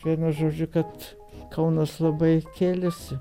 vienu žodžiu kad kaunas labai kėlėsi